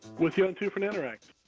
with you on two for nanoracks.